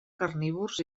carnívors